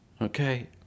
okay